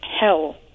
hell